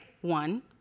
one